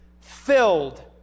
filled